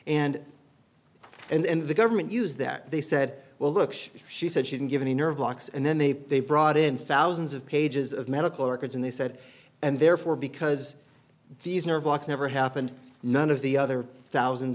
legitimate and and the government used that they said well look she said she didn't give any nerve blocks and then they brought in thousands of pages of medical records and they said and therefore because these nerve blocks never happened none of the other thousands